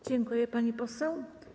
Dziękuję, pani poseł.